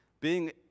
Being